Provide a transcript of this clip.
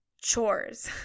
chores